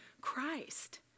Christ